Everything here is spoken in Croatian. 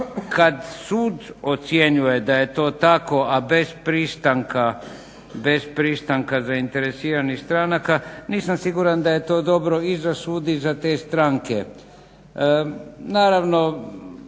kad sud ocjenjuje da je to tako a bez pristanka zainteresiranih stranaka nisam siguran da je to dobro i za sud i za te stranke.